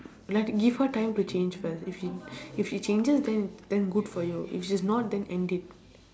like give her time to change first if she if she changes then then good for you if she's not then end it